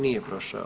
Nije prošao.